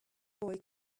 boy